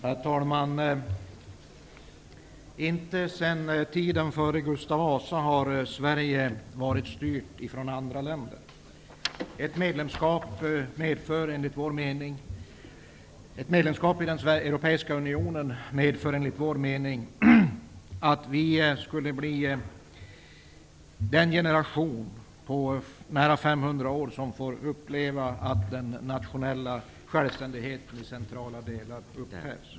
Herr talman! Inte sedan tiden före Gustav Vasa har Sverige varit styrt från andra länder. Ett medlemskap i den europeiska unionen medför enligt vår mening att vår generation blir den första på nära 500 år som får uppleva att den nationella självständigheten i centrala delar upphävs.